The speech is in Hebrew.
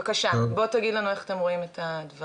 בבקשה, בוא תגיד לנו איך אתם רואים את הדברים.